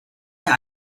der